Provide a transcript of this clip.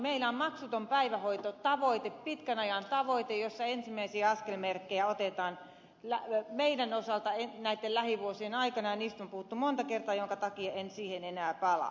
meillä on tavoite maksuttomasta päivähoidosta pitkän ajan tavoite jossa ensimmäisiä askelmerkkejä asetetaan meidän osaltamme näitten lähivuosien aikana ja niistä on puhuttu monta kertaa minkä takia en niihin enää palaa